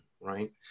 right